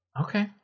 Okay